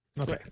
Okay